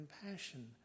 compassion